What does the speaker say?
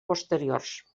posteriors